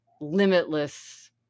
limitless